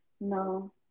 no